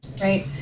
Right